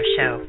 Show